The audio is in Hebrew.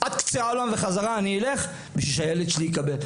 עד קצה העולם וחזרה אני אלך בשביל שהילד שלי יקבל.